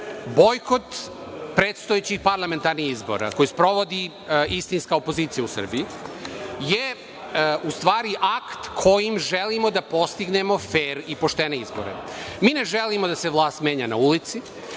Bojkot predstojećih parlamentarnih izbora koji sprovodi istinska opozicija u Srbiji je u stvari akt kojim želimo da postignemo fer i poštene izbore. Mi ne želimo da se vlast menja na ulici,